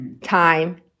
time